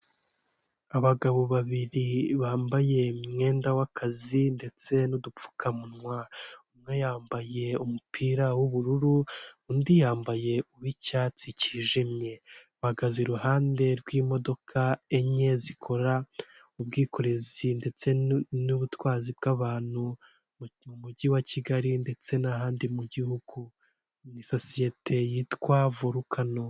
Iri ni iguriro ryo mu mujyi wa Kigali ririmo amakaro asashe hasi imbere mu imbere harimo abantu, abakiriya ndetse n'abakozi baryo bakaba barimo barahererekanya ibicuruzwa.